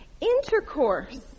Intercourse